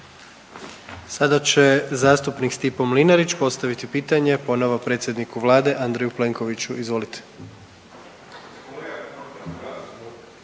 Sada će zastupnik Stipo Mlinarić postaviti pitanje ponovo predsjedniku vlade Andreju Plenkoviću, izvolite.